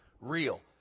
real